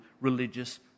religious